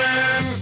Man